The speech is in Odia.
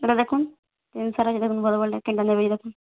ଇ'ଟା ଦେଖୁନ୍ କେନ୍ ସାରେକେ ଦେଖୁନ୍ ଭଲ୍ ଭଲ୍ ଟା କେନ୍ ଟା ନେବେ ଯେ ଦେଖୁନ୍